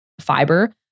fiber